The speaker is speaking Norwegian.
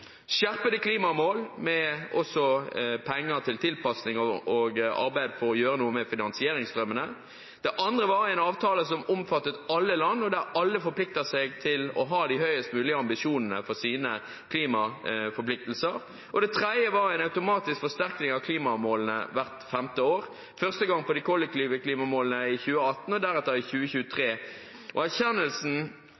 skjerpede klimamål, med penger til tilpasninger og arbeid for å gjøre noe med finansiseringsstrømmene. Den andre var en avtale som omfatter alle land, og der alle forplikter seg til å ha de høyest mulige ambisjonene for sine klimaforpliktelser. Den tredje var en automatisk forsterkning av klimamålene hvert femte år – første gang for de kollektive klimamålene i 2018 og deretter i 2023.